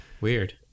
Weird